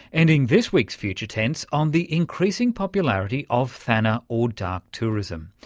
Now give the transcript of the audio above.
ending this week's future tense on the increasing popularity of thana or dark tourism.